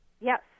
yes